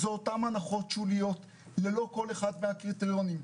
זה אותן הנחות שוליות ללא כל אחד מהקריטריונים.